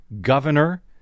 governor